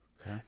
Okay